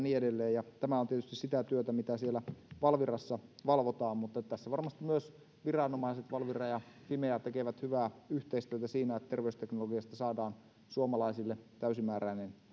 niin edelleen tämä on tietysti sitä työtä mitä siellä valvirassa valvotaan mutta tässä varmasti viranomaiset valvira ja fimea tekevät myös hyvää yhteistyötä siinä että terveysteknologiasta saadaan suomalaisille täysimääräinen